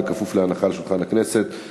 כפוף להנחה על שולחן הכנסת.